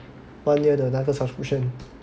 one year 的那个 subscription